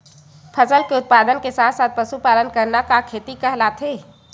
फसल के उत्पादन के साथ साथ पशुपालन करना का खेती कहलाथे?